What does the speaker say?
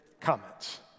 comments